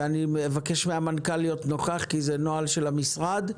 ואני מבקש מהמנכ"ל להיות נוכח כי זה נוהל של המשרד.